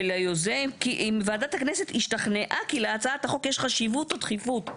היוזם אם ועדת הכנסת השתכנעה כי להצעת החוק יש חשיבות או דחיפות.